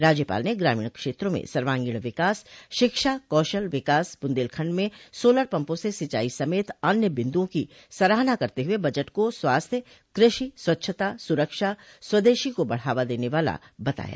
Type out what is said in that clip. राज्यपाल ने ग्रामीण क्षेत्रों मे सर्वागीण विकास शिक्षा कौशल विकास बुन्देलखंड में सोलर पम्पों से सिंचाई समेत अन्य बिन्दुओं की सराहना करते हुए बजट को स्वास्थ्य कृषि स्वच्छता सुरक्षा स्वदेशी को बढ़ावा देने वाला बताया